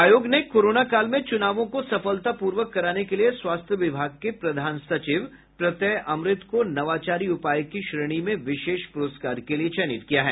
आयोग ने कोरोना काल में चूनावों को सफलतापूर्वक कराने के लिए स्वास्थ्य विभाग के प्रधान सचिव प्रत्यय अमृत को नवाचारी उपाय की श्रेणी में विशेष पुरस्कार के लिए चयनित किया है